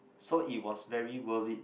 so it was very worth it